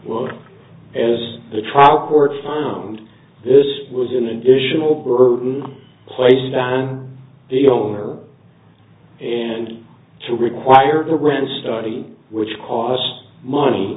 will as the trial court found this was an additional burden placed on the owner and to require the rand study which costs